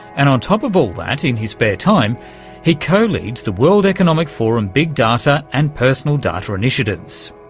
and on top of all that, in his spare time he co-leads the world economic forum big data and personal data initiatives.